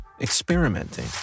experimenting